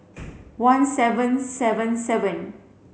one seven seven seven